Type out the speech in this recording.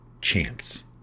chance